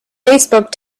facebook